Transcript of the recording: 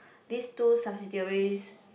this two subsidiaries